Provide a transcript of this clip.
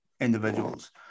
individuals